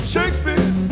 Shakespeare